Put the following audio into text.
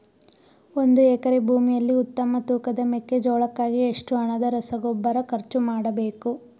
ಒಂದು ಎಕರೆ ಭೂಮಿಯಲ್ಲಿ ಉತ್ತಮ ತೂಕದ ಮೆಕ್ಕೆಜೋಳಕ್ಕಾಗಿ ಎಷ್ಟು ಹಣದ ರಸಗೊಬ್ಬರ ಖರ್ಚು ಮಾಡಬೇಕು?